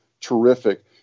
terrific